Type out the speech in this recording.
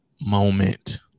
moment